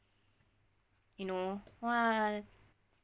you know !wah!